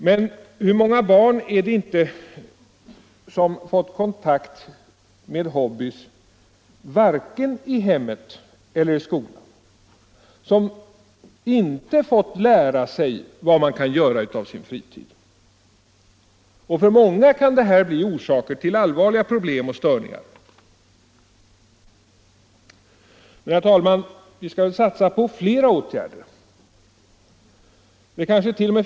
Men hur många barn är det inte som varken i hemmet eller i skolan fått kontakt med hobbyer och som inte fått lära sig vad man kan göra av sin fritid? För många kan detta bli orsak till allvarliga problem och störningar. Men, herr talman, vi skall väl satsa på flera åtgärder. Det kanske tt.o.m.